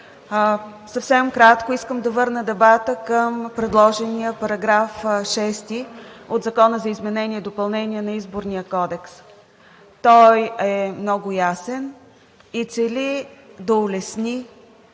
Съвсем кратко искам да върна дебата към предложения § 6 от Закона за изменение и допълнение на Изборния кодекс. Той е много ясен и цели да улесни